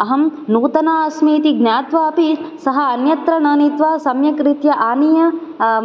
अहं नूतना अस्मि इति ज्ञात्वा अपि सः अन्यत्र न नीत्वा सम्यक् रीत्या आनीय